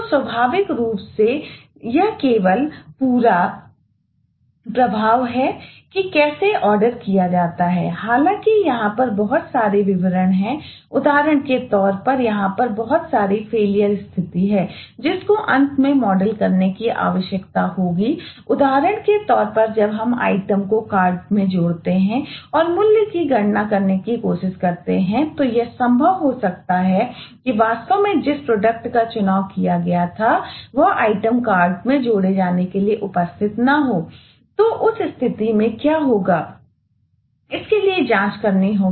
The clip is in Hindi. तो उस स्थिति में क्या होगा हमको इसके लिए जांच करनी होगी